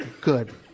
Good